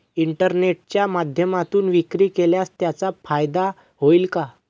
इंटरनेटच्या माध्यमातून विक्री केल्यास त्याचा फायदा होईल का?